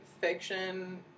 fiction